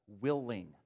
willing